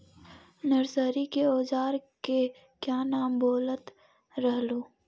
Nursery के ओजार के क्या नाम बोलत रहलू?